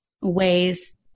ways